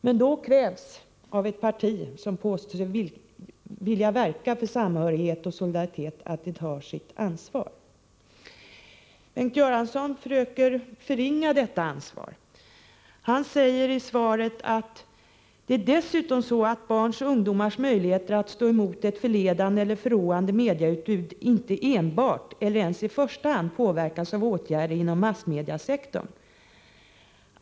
Men då krävs av ett parti som påstår sig vilja verka för samhörighet och solidaritet att det tar sitt ansvar. Bengt Göransson försöker förringa detta ansvar. Han säger i svaret: ”Det är dessutom så att barns och ungdomars möjligheter att stå emot ett förledande eller förråande medieutbud inte enbart — eller ens i första hand — påverkas av åtgärder inom massmediesektorn.